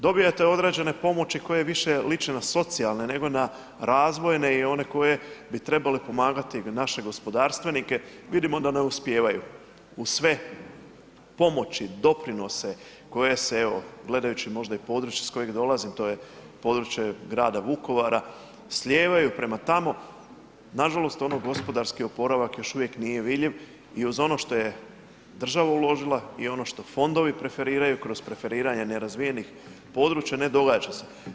Dobijate određene pomoći koje više liče na socijalne nego na razvojne i one koje bi trebali pomagati naše gospodarstvenike, vidimo da ne uspijevaju uz sve pomoći, doprinose koje se gledajući možda i područje s kojeg dolazim, to je područje grada Vukovara slijevaju prema tamo, nažalost gospodarski oporavak još uvijek nije vidljiv iz onoga što je država uložila i ono što fondovi preferiraju, kroz preferiranje nerazvijenih područja ne događa se.